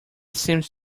seems